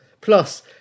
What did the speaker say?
Plus